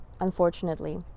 unfortunately